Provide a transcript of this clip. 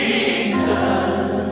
Jesus